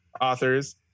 authors